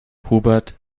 hubert